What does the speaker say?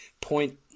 point